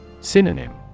Synonym